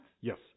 Yes